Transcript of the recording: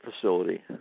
facility